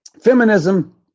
feminism